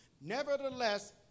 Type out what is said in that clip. Nevertheless